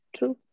True